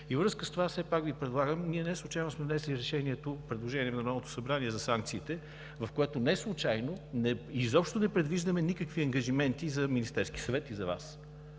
връзка с това все пак Ви предлагам, ние неслучайно сме внесли решението – предложение на Народното събрание, за санкциите, в което неслучайно изобщо не предвиждаме никакви ангажименти за Министерския съвет и за Вас.